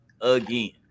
again